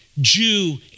Jew